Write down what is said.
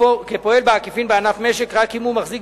כפועל בעקיפין בענף משק רק אם הוא מחזיק